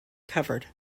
covered